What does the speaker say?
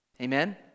Amen